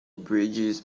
bridges